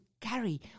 carry